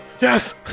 Yes